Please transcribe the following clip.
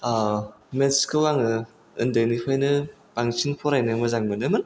मेत्सखौ आङो उन्दैनिफ्रायनो बांसिन फरायनो मोजां मोनोमोन